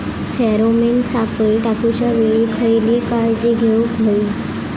Pheromone सापळे टाकूच्या वेळी खयली काळजी घेवूक व्हयी?